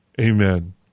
amen